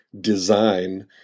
design